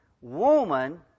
Woman